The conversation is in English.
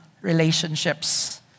relationships